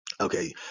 okay